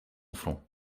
front